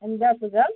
എന്താണ് അസുഖം